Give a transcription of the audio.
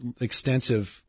extensive